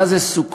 מה זה סוכות,